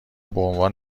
بعنوان